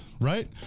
right